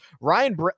Ryan